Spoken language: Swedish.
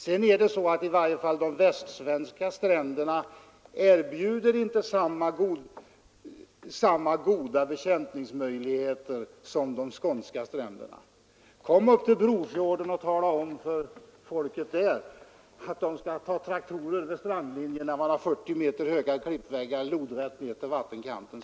Sedan är det så att i varje fall de västsvenska stränderna inte erbjuder samma goda bekämpningsmöjligheter som de skånska stränderna. Kom upp till Brofjorden och tala om för folket där att de skall ta traktorer till strandlinjerna när man har 40 meter höga klippväggar lodrätt från vattenkanten!